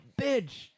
bitch